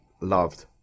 loved